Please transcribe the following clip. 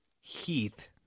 Heath